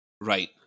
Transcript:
Right